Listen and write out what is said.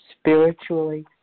spiritually